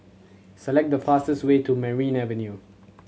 select the fastest way to Merryn Avenue